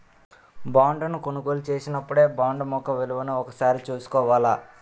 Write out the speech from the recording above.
బాండును కొనుగోలు చేసినపుడే బాండు ముఖ విలువను ఒకసారి చూసుకోవాల